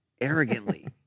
arrogantly